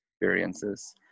experiences